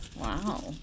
Wow